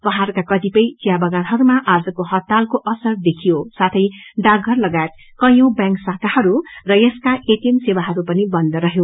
पाहाड़का कतिपय चियाबगानहरूमा आजको हड़तालको प्रभाव देखियो साथै डाकघर लगायत कैयौं बैंक शाखाहरू र यसका एटिएम सेवाहरू पनि बन्द रहयो